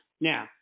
Now